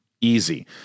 easy